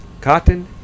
cotton